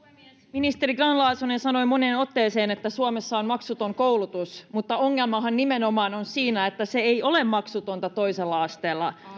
ministeri grahn laasonen sanoi moneen otteeseen että suomessa on maksuton koulutus mutta ongelmahan nimenomaan on siinä että se ei ole maksutonta toisella asteella